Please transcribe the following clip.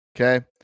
Okay